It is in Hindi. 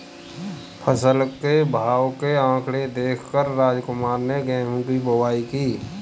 फसल के भाव के आंकड़े देख कर रामकुमार ने गेहूं की बुवाई की